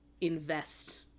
invest